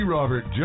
Robert